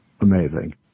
amazing